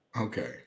Okay